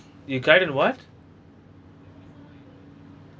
you cried at what